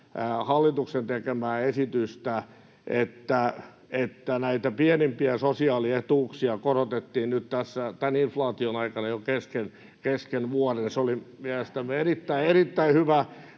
hallituksen tekemää esitystä, että pienimpiä sosiaalietuuksia korotettiin nyt tämän inflaation aikana jo kesken vuoden. Se oli mielestämme erittäin,